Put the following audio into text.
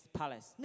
palace